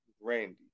Randy